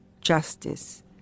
justice